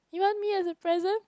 you want me as a present